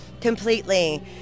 completely